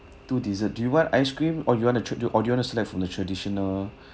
two dessert do you want ice cream or you want to tr~ or you want to do or do you want to select from the traditional